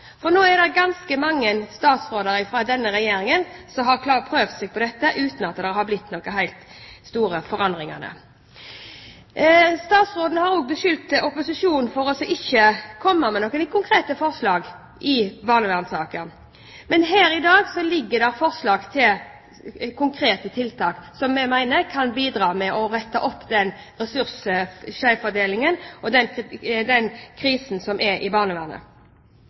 for nå er det ganske mange statsråder fra denne regjeringen som har prøvd seg på dette uten at det har blitt de helt store forandringene. Statsråden har også beskyldt opposisjonen for ikke å komme med noen konkrete forslag i barnevernssaken, men her i dag foreligger det forslag til konkrete tiltak som vi mener kan bidra til å rette opp skjevfordelingen av ressurser og den krisen som er i barnevernet.